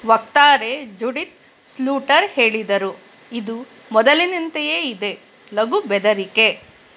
ವಕ್ತಾರೆ Judith Sluiter ಹೇಳಿದರು ಇದು ಮೊದಲಿನಂತೆಯೇ ಇದೆ ಲಘು ಬೆದರಿಕೆ